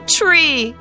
tree